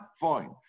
fine